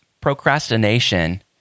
procrastination